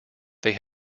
they